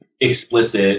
explicit